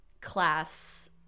class